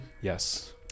Yes